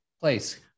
place